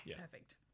Perfect